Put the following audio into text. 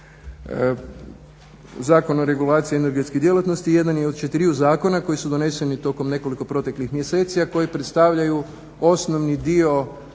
Zakon o regulaciji energetske djelatnosti jedan je od četiriju zakona koji su doneseni tokom nekoliko proteklih mjeseci, a koji predstavljaju osnovni dio